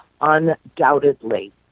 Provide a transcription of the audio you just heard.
undoubtedly